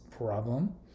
problem